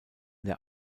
der